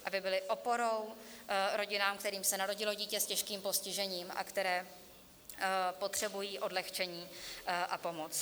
Aby byly oporou rodinám, kterým se narodilo dítě s těžkým postižením a které potřebují odlehčení a pomoc.